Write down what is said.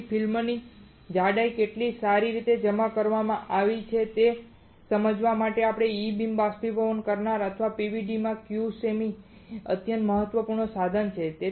તેથી ફિલ્મની જાડાઈ કેટલી સારી રીતે જમા કરવામાં આવી છે તે સમજવા માટે સામાન્ય રીતે E બીમ બાષ્પીભવન કરનાર અથવા PVD માં Q સેમી અત્યંત મહત્વપૂર્ણ સાધન છે